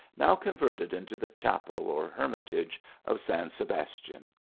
now converted into the chapel, or hermitage of san sebastian.